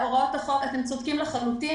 אתם צודקים לחלוטין.